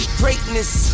greatness